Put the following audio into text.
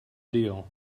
deal